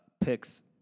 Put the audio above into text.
Picks